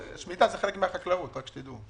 שמיטה זה חלק מן החקלאות, רק שתדעו.